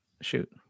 Shoot